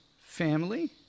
family